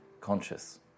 conscious